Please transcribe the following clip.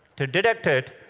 to detect it,